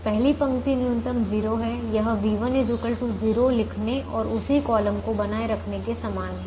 पहली पंक्ति न्यूनतम 0 है यह v1 0 लिखने और उसी कॉलम को बनाए रखने के समान है